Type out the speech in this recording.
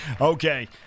Okay